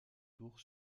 tour